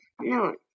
No